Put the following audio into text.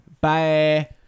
Bye